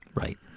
right